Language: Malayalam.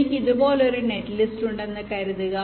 എനിക്ക് ഇതുപോലൊരു നെറ്റ്ലിസ്റ്റ് ഉണ്ടെന്ന് കരുതുക